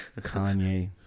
Kanye